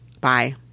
Bye